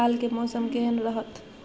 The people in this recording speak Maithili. काल के मौसम केहन रहत?